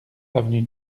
avenue